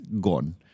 gone